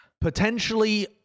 potentially